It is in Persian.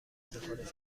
سفارش